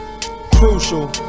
Crucial